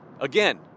Again